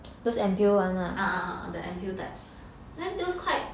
ah ah ah the ampoules type then those quite